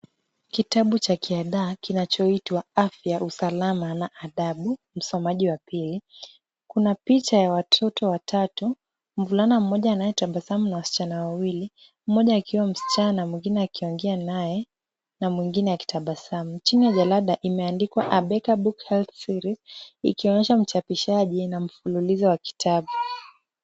Kitabu cha kiadaa kinachoitwa Afya ya Usalama na Adabu msomaji wa pili, kuna picha ya watoto watatu, mvulana mmoja anayetabasamu na wasichana wawili, mmoja akiwa msichana mwingine akiongea naye na mwingine akitabasamu. Chini ya jalada imeandikwa A better book health series ikionyesha mchapishaji na mfululizo wa kitabu.